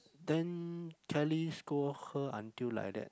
then Kelly scold her until like that